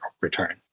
return